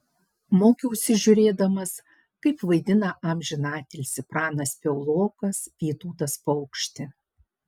mokiausi žiūrėdamas kaip vaidina amžiną atilsį pranas piaulokas vytautas paukštė